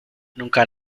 nunca